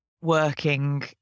working